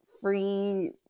free